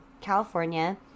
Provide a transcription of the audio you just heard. California